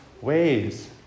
ways